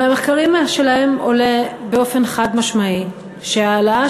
מהמחקרים שלהם עולה באופן חד-משמעי שהעלאה